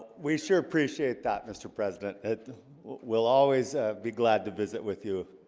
we sure appreciate that mr. president. it will always be glad to visit with you